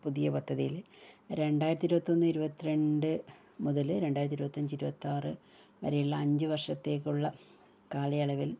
പുതിയ പദ്ധതിയിൽ രണ്ടായിരത്തി ഇരുപത്തിയൊന്ന് ഇരുപത്തിരണ്ട് മുതൽ രണ്ടായിരത്തി ഇരുപത്തി അഞ്ച് ഇരുപത്തിയാറ് വരെയുള്ള അഞ്ച് വർഷത്തേയ്ക്കുള്ള കാലയളവിൽ